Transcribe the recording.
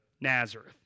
Nazareth